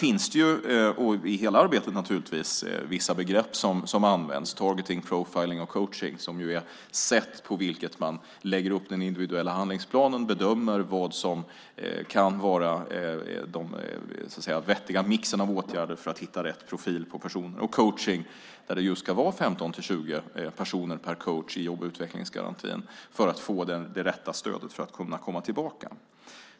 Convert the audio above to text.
I arbetet används vissa begrepp, targeting, profiling och coaching , som är sätt att lägga upp den individuella handlingsplanen och bedöma vad som kan vara den vettiga mixen av åtgärder för att hitta rätt profil på personerna. Vid coaching ska det vara 15-20 personer per coach i jobb och utvecklingsgarantin för att man ska få det rätta stödet för att kunna komma tillbaka.